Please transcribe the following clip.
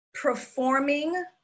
performing